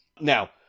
Now